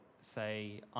say